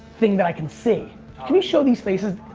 thing that i can see. can you show these faces?